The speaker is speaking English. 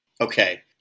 Okay